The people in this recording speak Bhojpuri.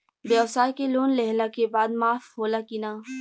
ब्यवसाय के लोन लेहला के बाद माफ़ होला की ना?